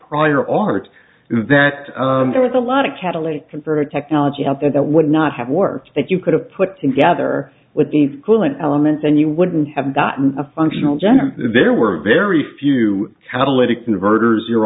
prior art that there was a lot of catalytic converter technology out there that would not have worked if you could have put together with the school and elements and you wouldn't have gotten a functional general there were very few catalytic converters your